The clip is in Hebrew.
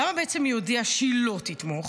למה בעצם היא הודיעה שהיא לא תתמוך?